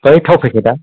बै थाव फेखेदा